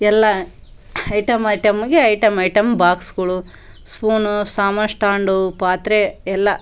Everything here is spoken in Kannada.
ಎಲ್ಲ ಐಟಮ್ ಐಟಮಿಗೆ ಐಟಮ್ ಐಟಮ್ ಬಾಕ್ಸ್ಗಳು ಸ್ಫೂನು ಸಾಮಾನು ಸ್ಟಾಂಡು ಪಾತ್ರೆ ಎಲ್ಲ